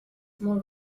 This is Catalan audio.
molt